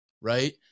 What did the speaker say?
right